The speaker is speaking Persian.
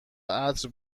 عطر